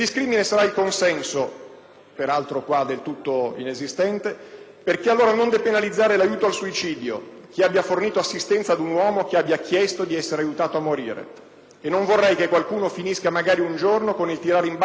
(peraltro qua del tutto inesistente), perché allora non depenalizzare l'aiuto al suicidio, chi abbia fornito assistenza a un uomo che abbia chiesto di essere aiutato a morire? E non vorrei che qualcuno finisca magari un giorno con il tirare in ballo i costi per la società.